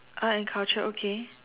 art and culture okay